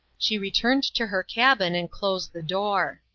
she returned to her cabin and closed the door.